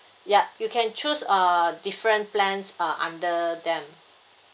yup you can choose err different plans uh under them